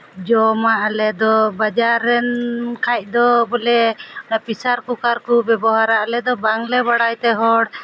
ᱡᱚᱢᱟ ᱟᱞᱮ ᱫᱚ ᱵᱟᱡᱟᱨ ᱨᱮᱱ ᱠᱷᱟᱱ ᱫᱚ ᱵᱚᱞᱮ ᱯᱤᱥᱟᱨ ᱠᱩᱠᱟᱨ ᱠᱚ ᱵᱮᱵᱚᱦᱟᱨᱟ ᱟᱞᱮ ᱫᱚ ᱵᱟᱝᱞᱮ ᱵᱟᱲᱟᱭ ᱛᱮ ᱦᱚᱲ